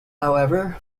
however